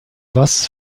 was